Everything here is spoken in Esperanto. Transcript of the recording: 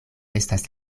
estas